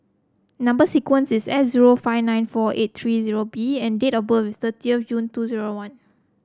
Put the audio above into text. number sequence is S zero five nine four eight three zero B and date of birth is thirtieth of June two zero one